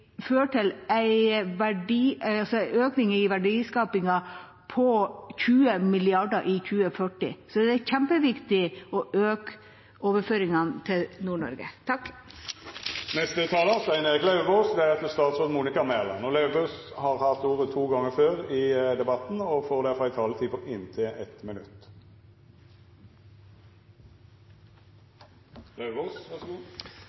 føre til en økning i verdiskapingen på 20 mrd. kr i 2040. Det er kjempeviktig å øke overføringene til Nord-Norge. Representanten Stein Erik Lauvås har hatt ordet to gonger tidlegare i debatten og får